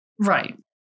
Right